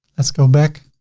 let's go back,